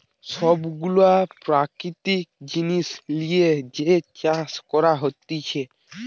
সব গুলা প্রাকৃতিক জিনিস লিয়ে যে চাষ করা হতিছে